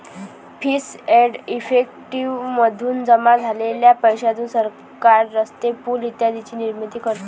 fees and effective मधून जमा झालेल्या पैशातून सरकार रस्ते, पूल इत्यादींची निर्मिती करते